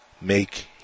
make